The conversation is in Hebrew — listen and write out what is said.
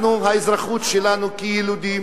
אנחנו, האזרחות שלנו כילידים,